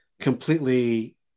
completely